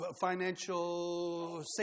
financial